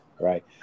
right